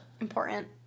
important